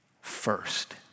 first